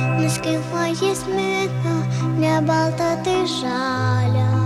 nuskink man jazminą ne baltą tai žalią